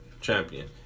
champion